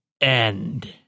end